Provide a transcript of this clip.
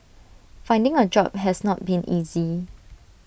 finding A job has not been easy